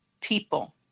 people